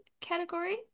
category